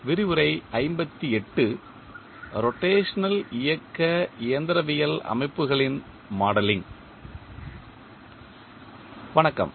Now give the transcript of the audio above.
வணக்கம்